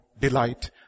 delight